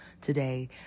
today